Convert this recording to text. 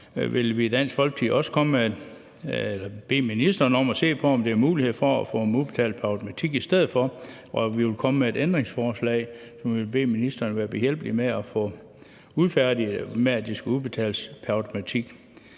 også bede ministeren om at se på, om der er mulighed for at få dem udbetalt pr. automatik i stedet for. Og vi vil komme med et ændringsforslag, som vi vil bede ministeren være behjælpelig med at få udfærdiget, i forhold til at pengene skal udbetales pr. automatik.